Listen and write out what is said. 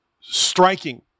striking